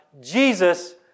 Jesus